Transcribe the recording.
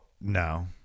no